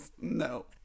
No